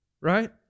right